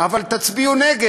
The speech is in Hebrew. אבל תצביעו נגד.